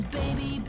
baby